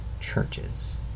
churches